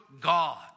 God